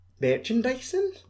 merchandising